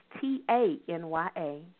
T-A-N-Y-A